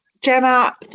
Jenna